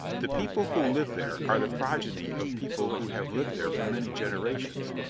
the people who live there are the progeny of people who have lived there for many generations,